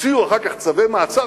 הוציאו אחר כך צווי מעצר,